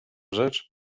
rzecz